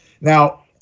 Now